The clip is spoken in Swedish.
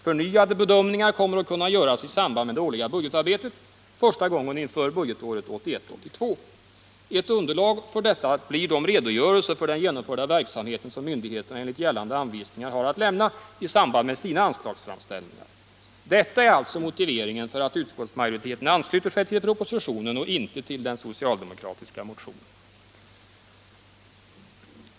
Förnyade bedömningar kommer att kunna göras i samband med det årliga budgetarbetet, första gången inför budgetåret 1981/82. Ett underlag härför blir de redogörelser för den genomförda verksamheten som myndigheterna enligt gällande anvisningar har att lämna i samband med sina anslagsframställningar. Detta är alltså motiveringen till att utskottsmajoriteten ansluter sig till propositionen och inte till den socialdemokratiska motionen.